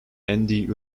andy